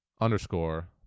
underscore